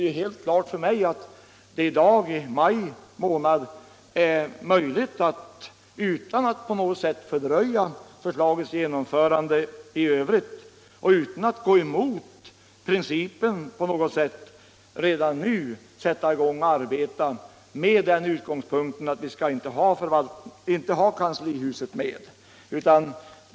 Det står då helt klart för mig att det i dag — i maj månad — är möjligt att, utan att på något sätt fördröja förslagets genomförande och utan att gå emot principen, sätta i gång och arbeta med den utgångspunkten att vi inte skall ha kanslihuset med.